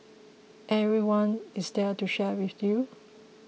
everyone is there to share with you